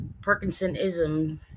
Parkinsonism